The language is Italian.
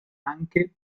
anche